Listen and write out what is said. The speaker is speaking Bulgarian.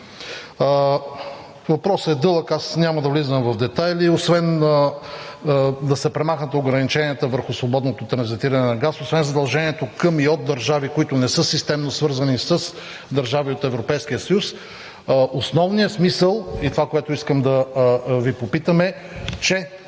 Въпросът е дълъг – аз няма да влизам в детайли, освен да се премахнат ограниченията върху свободното транзитиране на газ, задължението към и от държави, които не са системно свързани с държави от Европейския съюз. Основният смисъл и това, което искам да Ви попитам, е,